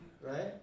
Right